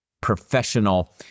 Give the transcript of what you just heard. professional